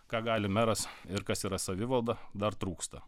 ką gali meras ir kas yra savivalda dar trūksta